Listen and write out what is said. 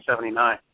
1979